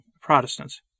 Protestants